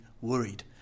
worried